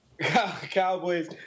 Cowboys